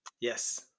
yes